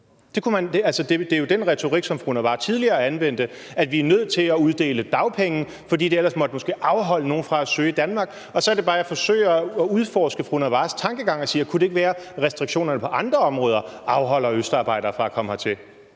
Det er jo den retorik, som fru Samira Nawa tidligere anvendte, altså at vi er nødt til at uddele dagpenge, fordi det ellers måske måtte afholde nogle fra at søge til Danmark. Så er det bare, jeg forsøger at udforske fru Samira Nawas tankegang og siger: Kunne det ikke være, at restriktionerne på andre områder afholder østarbejdere for at komme hertil?